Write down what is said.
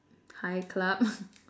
hi club